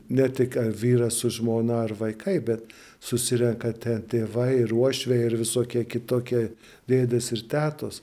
ne tik vyras su žmona ar vaikai bet susirenka ten tėvai ir uošviai ir visokie kitokie dėdės ir tetos